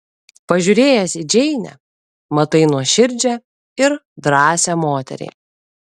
pažiūrėjęs į džeinę matai nuoširdžią ir drąsią moterį